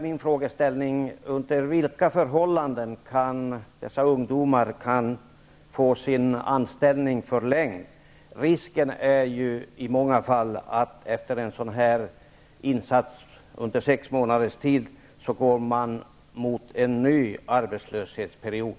Min fråga är då: Under vilka förhållanden kan dessa ungdomar få sin anställning förlängd? Risken är ju i många fall att man efter en sådan här insats under sex månaders tid går mot en ny arbetslöshetsperiod.